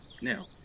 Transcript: Now